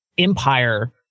empire